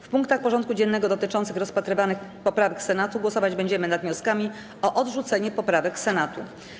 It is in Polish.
W punktach porządku dziennego dotyczących rozpatrywanych poprawek Senatu głosować będziemy nad wnioskami o odrzucenie poprawek Senatu.